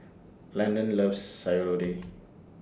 Landan loves Sayur